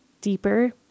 deeper